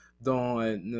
dans